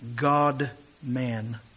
God-Man